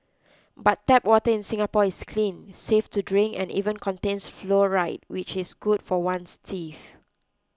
but tap water in Singapore is clean safe to drink and even contains fluoride which is good for one's teeth